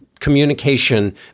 communication